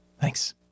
Thanks